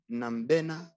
nambena